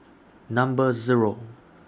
Number Zero